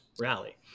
rally